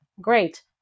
great